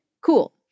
Cool